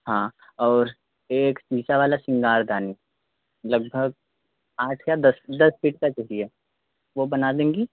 हाँ और एक शीशा वाला श्रृंगारदान लगभग आठ या दस दस फीट का चाहिए वो बना देंगी